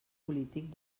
polític